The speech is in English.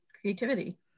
creativity